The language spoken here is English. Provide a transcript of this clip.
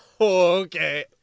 Okay